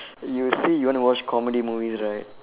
you say you want to watch comedy movies right